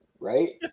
right